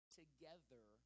together